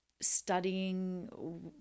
studying